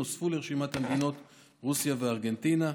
נוספו לרשימת המדינות רוסיה וארגנטינה.